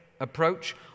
Approach